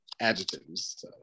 adjectives